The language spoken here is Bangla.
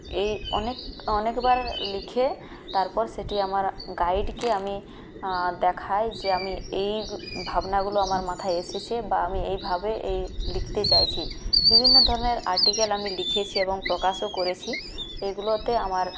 এই অনেক অনেকবার লিখে তারপর সেটি আমার গাইড কে আমি দেখাই যে আমি এই ভাবনাগুলো আমার মাথায় এসেছে বা আমি এইভাবে এই লিখতে চাইছি বিভিন্ন ধরনের আর্টিকেল আমি লিখেছি এবং প্রকাশও করেছি এগুলোতে আমার